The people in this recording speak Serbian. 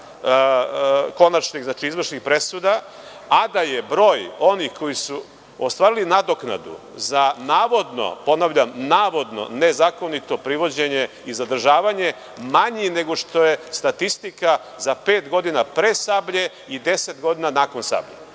konačnih izvršnih presuda, a da je broj onih koji su ostvarili nadoknadu za navodno, ponavljam, navodno nezakonito privođenje i zadržavanje manji nego što je statistika za pet godina pre „Sablje“ i deset godina nakon